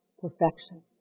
perfection